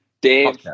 Dave